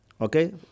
Okay